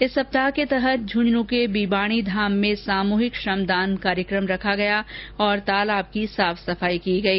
इस सप्ताह के तहत झुन्झुनू के बीबाणी धाम में सामूहिक श्रमदान कार्यक्रम रखा गया और तालाब की साफ सफाई की गई